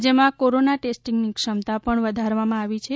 રાજ્યમાં કોરોના ટેસ્ટીંગની ક્ષમતા પણ વધારવામાં આવી છે